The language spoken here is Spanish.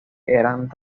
eran